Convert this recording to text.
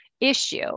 issue